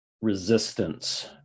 resistance